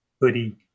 Hoodie